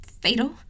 fatal